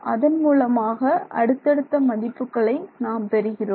அதன் மூலமாக அடுத்தடுத்த மதிப்புகளை நாம் பெறுகிறோம்